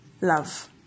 love